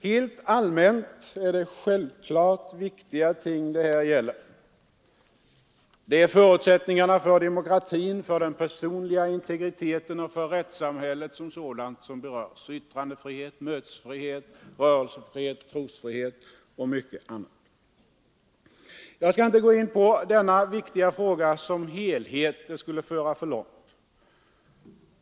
Helt allmänt är det självklart viktiga ting det här gäller. Det är förutsättningarna för demokratin, för den personliga integriteten och för rättssamhället som sådant som berörs — yttrandefrihet, mötesfrihet, rörelsefrihet, trosfrihet och mycket annat. Jag skall inte gå in på denna viktiga fråga som helhet; det skulle leda för långt.